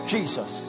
Jesus